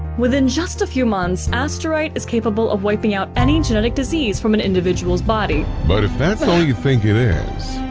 within just a few months, asterite is capable of wiping out any genetic disease from an individual's body. but if that's all you think it is,